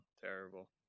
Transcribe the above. terrible